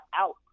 out